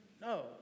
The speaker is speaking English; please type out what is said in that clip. no